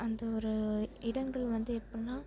அந்த ஒரு இடங்கள் வந்து எப்பன்னா